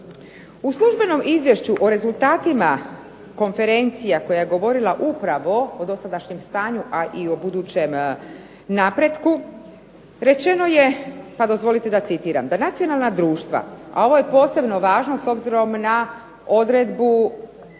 U službenom izvješću o rezultatima konferencija koja je govorila upravo o dosadašnjem stanju, a i o budućem napretku rečeno je pa dozvolite da citiram da nacionalna društva, a ovo je posebno važno s obzirom na odredbu